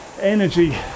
energy